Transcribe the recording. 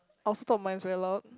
I also thought mine is very loud